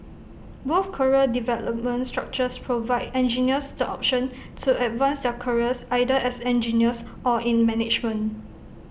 both career development structures provide engineers the option to advance their careers either as engineers or in management